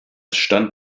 stand